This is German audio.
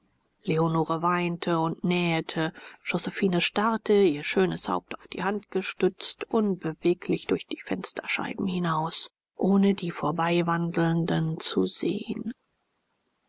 leonore weinte und nähete josephine starrte ihr schönes haupt auf die hand gestützt unbeweglich durch die fensterscheiben hinaus ohne die vorbeiwandelnden zu sehen